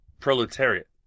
proletariat